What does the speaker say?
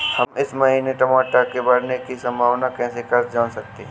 हम इस महीने में टमाटर के बढ़ने की संभावना को कैसे जान सकते हैं?